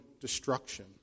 Destruction